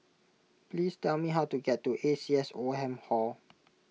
please tell me how to get to A C S Oldham Hall